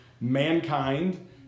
mankind